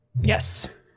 Yes